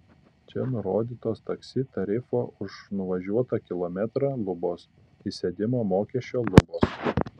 čia nurodytos taksi tarifo už nuvažiuotą kilometrą lubos įsėdimo mokesčio lubos